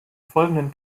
folgenden